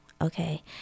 okay